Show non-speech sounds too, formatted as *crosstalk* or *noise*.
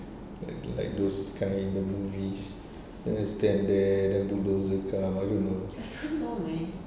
like like those kind of movies *breath* then they stand there then bulldozer come I don't know *laughs*